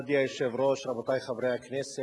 מכובדי היושב-ראש, רבותי חברי הכנסת,